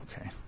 okay